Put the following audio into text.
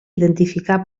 identificar